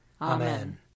Amen